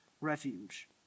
refuge